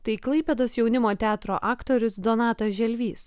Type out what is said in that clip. tai klaipėdos jaunimo teatro aktorius donatas želvys